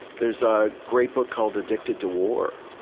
there's a great book called addicted to war.